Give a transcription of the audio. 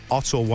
Otto